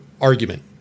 argument